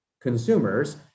consumers